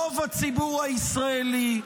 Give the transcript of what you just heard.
רוב הציבור הישראלי,